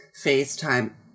FaceTime